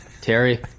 Terry